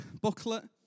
booklet